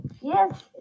yes